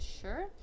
Sure